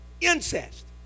Incest